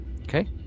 Okay